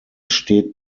steht